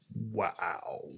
Wow